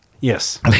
Yes